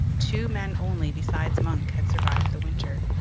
two men only, besides munck, had survived the winter.